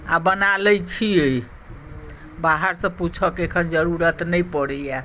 आ बना लैत छियै बाहरसँ पूछयके एखन जरूरत नहि पड़ैए